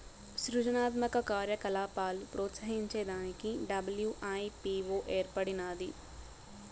సృజనాత్మక కార్యకలాపాలు ప్రోత్సహించే దానికి డబ్ల్యూ.ఐ.పీ.వో ఏర్పడినాది